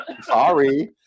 sorry